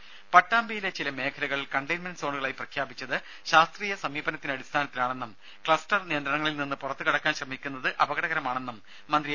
രുമ പട്ടാമ്പിയിലെ സോണുകളായി പ്രഖ്യാപിച്ചത് ശാസ്ത്രീയ സമീപനത്തിന്റെ അടിസ്ഥാനത്തിലാണെന്നും ക്ലസ്റ്റർ നിയന്ത്രണങ്ങളിൽ നിന്ന് പുറത്തു കടക്കാൻ ശ്രമിക്കുന്നത് അപകടകരമാണെന്നും മന്ത്രി എ